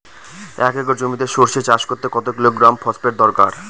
এক একর জমিতে সরষে চাষ করতে কত কিলোগ্রাম ফসফেট দরকার?